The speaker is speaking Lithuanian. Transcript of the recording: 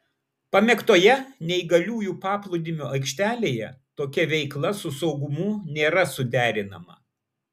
pamėgtoje neįgaliųjų paplūdimio aikštelėje tokia veikla su saugumu nėra suderinama